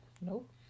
Nope